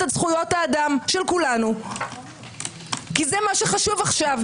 את זכויות האדם של כולנו כי זה מה שחשוב עכשיו,